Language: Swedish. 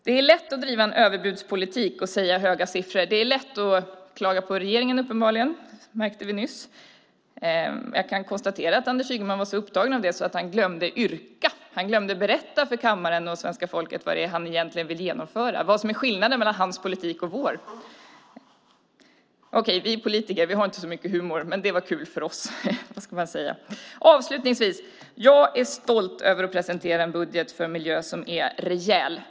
Det är lätt att driva en överbudspolitik och säga höga siffror. Det är uppenbarligen lätt att klaga på regeringen; det märkte vi nyss. Jag kan konstatera att Anders Ygeman var så upptagen av det att han glömde att yrka. Han glömde att berätta för kammaren och svenska folket vad det egentligen är han vill genomföra - vad som är skillnaden mellan hans politik och vår. Vi politiker har inte så mycket humor, men det var kul för oss! Avslutningsvis är jag stolt över att presentera en budget för miljö som är rejäl.